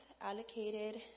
allocated